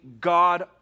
God